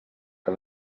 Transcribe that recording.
que